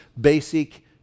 basic